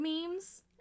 memes